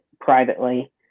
privately